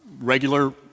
regular